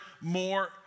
more